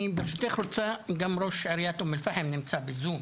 אני ברשותך, גם ראש עיריית אום אל פאחם נמצא בזום,